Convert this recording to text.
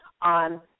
on